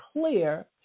clear